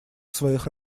своих